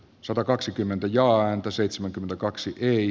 satakaksikymmentä jolla häntä seitsemänkymmentäkaksi neljä